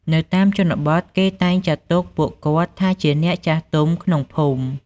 នៅតាមជនបទ គេតែងចាត់ទុកពួកគាត់ថាជាអ្នកចាស់ទុំក្នុងភូមិ។